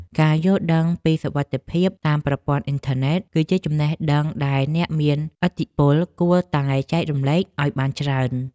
ការយល់ដឹងពីសុវត្ថិភាពតាមប្រព័ន្ធអ៊ីនធឺណិតគឺជាចំណេះដឹងដែលអ្នកមានឥទ្ធិពលគួរតែចែករំលែកឱ្យបានច្រើន។